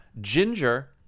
Ginger